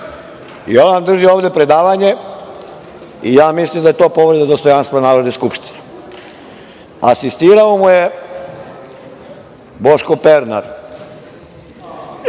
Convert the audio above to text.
I on nam drži ovde predavanje i mislim da je to povreda dostojanstva Narodne skupštine. Asistirao mu je Boško Pernar,